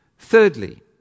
Thirdly